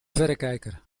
verrekijker